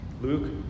Luke